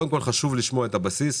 קודם כל חשוב לשמוע את הבסיס,